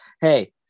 Hey